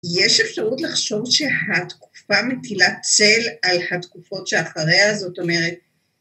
יש אפשרות לחשוב שהתקופה מטילה צל על התקופות שאחריה, זאת אומרת.